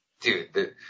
dude